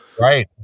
Right